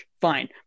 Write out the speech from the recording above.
fine